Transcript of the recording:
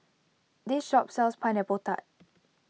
this shop sells Pineapple Tart